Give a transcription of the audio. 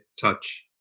touch